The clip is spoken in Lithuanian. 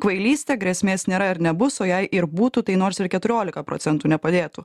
kvailystė grėsmės nėra ir nebus o jei ir būtų tai nors ir keturiolika procentų nepadėtų